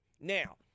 Now